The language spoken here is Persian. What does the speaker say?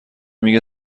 میگه